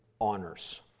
honors